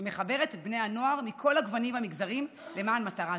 שמחברת את בני הנוער מכל הגוונים והמגזרים למען מטרה זו.